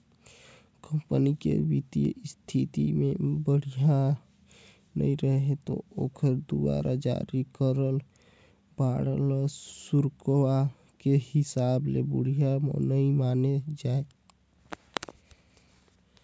company के बित्तीय इस्थिति बड़िहा नइ रहें ले ओखर दुवारा जारी करल बांड ल सुरक्छा के हिसाब ले बढ़िया नइ माने जाए